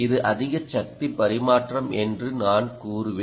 இது அதிக சக்தி பரிமாற்றம் என்று நான் கூறுவேன்